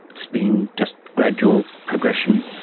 it's been just gradual progression.